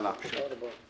הלאה, המשך.